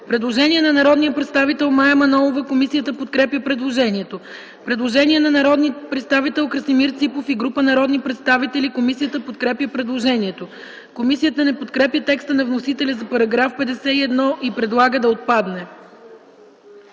предложение на народния представител Христо Бисеров. Комисията подкрепя предложението. Предложение на народния представител Красимир Ципов и група народни представители. Комисията подкрепя предложението. Комисията не подкрепя текста на вносителя и предлага § 31 да отпадне.